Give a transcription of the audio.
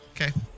Okay